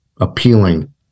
appealing